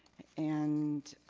and